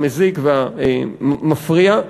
המזיק והמפריע.